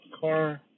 car